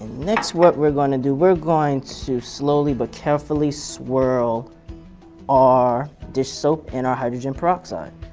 next what we're gonna do. we're going to slowly but carefully swirl our dish soap and our hydrogen peroxide.